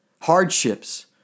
hardships